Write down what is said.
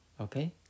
okay